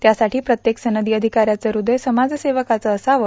त्यासाठी प्रत्येक सनदी अधिकाऱ्याचं हदय समाजसेवकाचे असावे